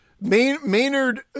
Maynard